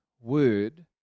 word